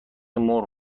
مرغ